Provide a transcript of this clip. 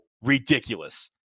ridiculous